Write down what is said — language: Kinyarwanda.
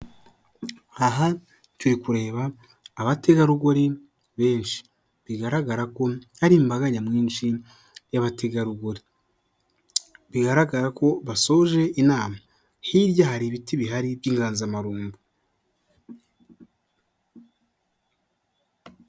Aha turi kureba abategarugori benshi, bigaragara hari imbaga nyamwinshi y'abategarugori, bigaragara ko basoje inama, hirya hari ibiti bihari by'inganzamarumbo.